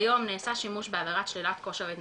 כיום נעשה שימוש בעבירת שלילת כושר ההתנגדות,